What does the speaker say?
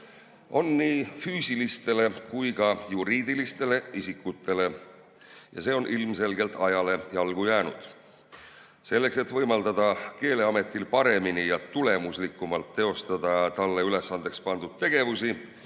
nii füüsilistele kui ka juriidilistele isikutele ja see on ilmselgelt ajale jalgu jäänud. Selleks, et võimaldada Keeleametil paremini ja tulemuslikumalt teostada talle ülesandeks pandud tegevusi